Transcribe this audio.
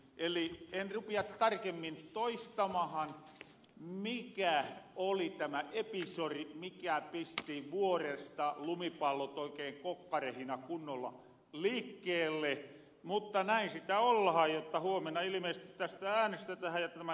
eli en rupia tarkemmin toistamahan mikä oli tämä episori mikä pisti vuoresta lumipallot oikein kokkarehina kunnolla liikkeelle mutta näin sitä ollahan jotta huomenna ilmeisesti tästä äänestetähän ja tämä tuloo voimahan